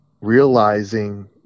realizing